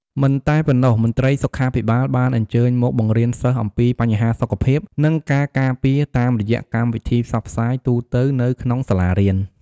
មិនតែប៉ុណ្ណោះ មន្ត្រីសុខាភិបាលបានអញ្ជើញមកបង្រៀនសិស្សអំពីបញ្ហាសុខភាព និងការការពារ តាមរយៈកម្មវិធីផ្សព្វផ្សាយទូទៅនៅក្នុងសាលារៀន។